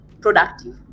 productive